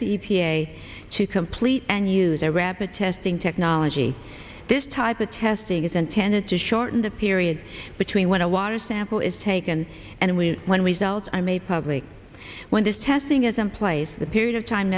a to complete and use a rapid testing technology this type of testing is intended to shorten the period between when a water sample is taken and when when results i made public when this testing is in place the period of time